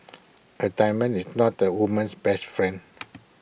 A diamond is not A woman's best friend